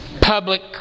public